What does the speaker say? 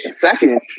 Second